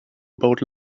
about